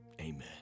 amen